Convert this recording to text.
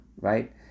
right